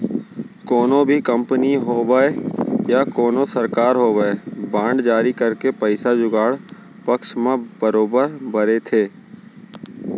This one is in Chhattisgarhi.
कोनो भी कंपनी होवय या कोनो सरकार होवय बांड जारी करके पइसा जुगाड़े पक्छ म बरोबर बरे थे